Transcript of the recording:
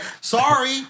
Sorry